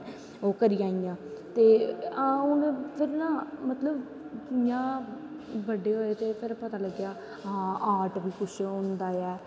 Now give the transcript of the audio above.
ओह् करी आई आं ते हां हून जियां मतलव जियां बड्डे होए ते पता लग्गेआ हां आर्ट बी कुश होंदा ऐ